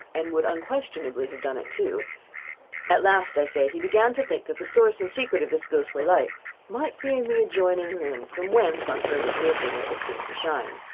and would unquestionably have done it too at last, i say, he began to think that the source and secret of this ghostly light might be in the adjoining room, from whence, on further tracing it, it seemed to shine.